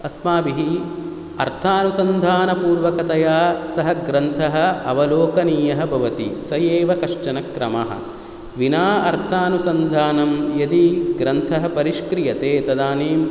अस्माभिः अर्थानुसन्धानपूर्वकतया सः ग्रन्थः अवलोकनीयः भवति स एव कश्चन क्रमः विना अर्थानुसन्धानं यदि ग्रन्थः परिष्क्रियते तदानीं